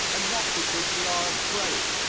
and not because we are afraid.